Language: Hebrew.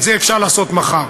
את זה אפשר לעשות מחר.